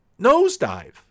nosedive